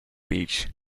beach